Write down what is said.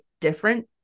different